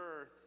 earth